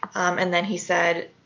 and then he said